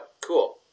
cool